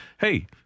Hey